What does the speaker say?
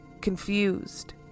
confused